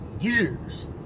years